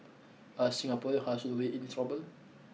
are Singaporean really in trouble